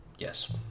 yes